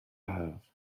haf